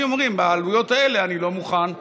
אומרים: בעלויות האלה אני לא מוכן לנסוע.